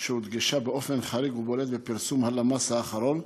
שהודגשה באופן חריג ובולט בפרסום הלמ"ס האחרון,